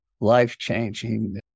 life-changing